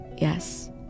Yes